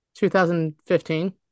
2015